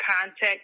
context